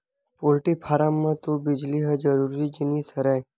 poultry farm म तो बिजली ह जरूरी जिनिस हरय